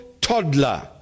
toddler